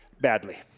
badly